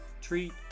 treat